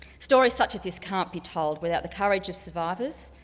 stories such as this can be told without the courage of survivors,